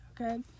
okay